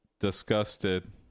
disgusted